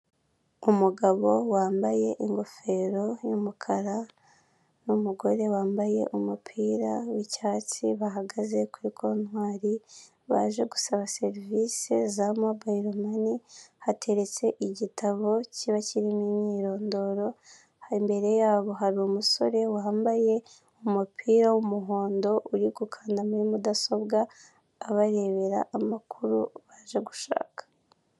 Umugabo wambaye ingofero y'umukara, n'umugore wambaye umupira w'icyatsi, bahagaze kuri kontwari, baje gusaba serivisi za mobayiro mani, hateretse igitabo kiba kirimo imyirondoro, imbere yabo hari umusore wambaye umupira w'umuhondo, uri gukanda muri mudasobwa, abarebera amakuru baje gushaka.